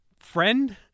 friend